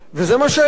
וזה מה שנעשה.